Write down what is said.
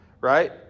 right